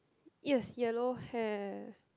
yes yellow hair